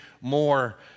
more